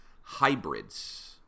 hybrids